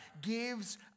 gives